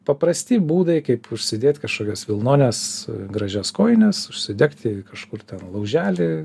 paprasti būdai kaip užsidėt kažkokias vilnones gražias kojines užsidegti kažkur ten lauželį